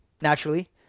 naturally